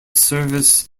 service